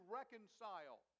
reconcile